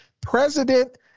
President